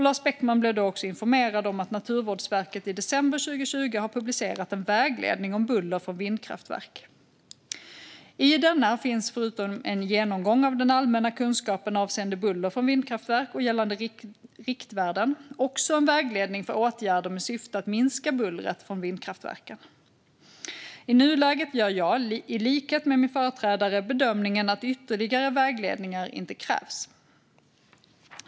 Lars Beckman blev då också informerad om att Naturvårdsverket i december 2020 har publicerat en vägledning om buller från vindkraftverk. I denna finns förutom en genomgång av den allmänna kunskapen avseende buller från vindkraftverk och gällande riktvärden också en vägledning för åtgärder med syfte att minska bullret från vindkraftverken. I nuläget gör jag, i likhet med min företrädare, bedömningen att ytterligare vägledningar inte krävs.